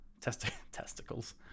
testicles